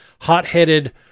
hot-headed